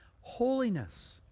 Holiness